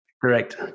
Correct